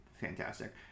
fantastic